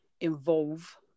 involve